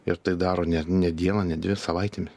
ir tai daro ne ne dieną ne dvi savaitėmi